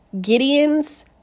Gideon's